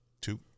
two